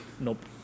Nope